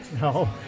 No